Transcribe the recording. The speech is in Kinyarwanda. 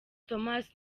thomas